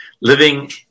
living